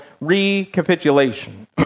recapitulation